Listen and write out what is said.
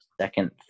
second